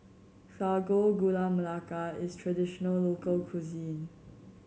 Sago Gula Melaka is traditional local cuisine